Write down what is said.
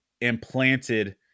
implanted